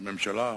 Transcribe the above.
והממשלה,